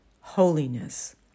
Holiness